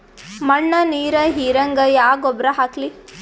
ಮಣ್ಣ ನೀರ ಹೀರಂಗ ಯಾ ಗೊಬ್ಬರ ಹಾಕ್ಲಿ?